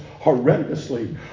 horrendously